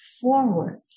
forward